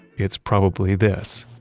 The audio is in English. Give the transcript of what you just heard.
it's probably this,